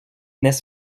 n’est